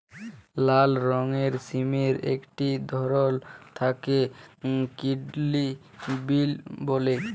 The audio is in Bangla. লাল রঙের সিমের একটি ধরল যাকে কিডলি বিল বল্যে